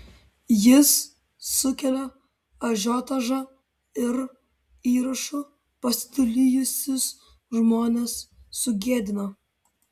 jis sukelia ažiotažą ir įrašu pasidalijusius žmones sugėdina